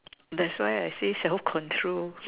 that's why I say self control